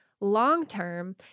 long-term